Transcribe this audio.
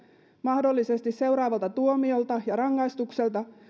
mahdollisesti seuraavalta tuomiolta ja rangaistukselta